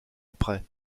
après